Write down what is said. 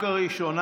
תצא.